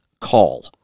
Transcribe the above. call